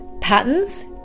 patterns